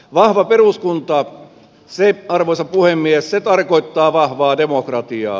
vahva peruskunta arvoisa puhemies tarkoittaa vahvaa demokratiaa